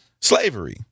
slavery